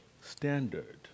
standard